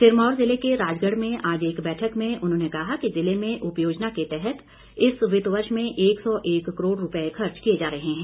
सिरमौर जिले के राजगढ़ में आज एक बैठक में उन्होंने कहा कि जिले में उपयोजना के तहत इस वित्त वर्ष में एक सौ एक करोड़ रूपए खर्च किए जा रहे हैं